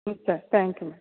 ம் சரி thank you madam